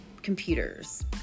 Computers